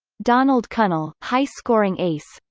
donald cunnell high scoring ace